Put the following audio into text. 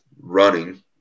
running